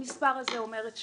המספר הזה אומר את שלו,